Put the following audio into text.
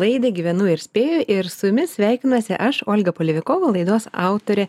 laidą gyvenu ir spėju ir su jumis sveikinuosi aš olga polevikova laidos autorė